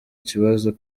ikibazo